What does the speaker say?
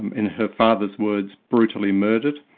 in her father's words brutally murdered.